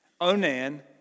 Onan